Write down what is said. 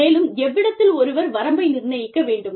மேலும் எவ்விடத்தில் ஒருவர் வரம்பை நிர்ணயிக்க வேண்டும்